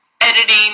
editing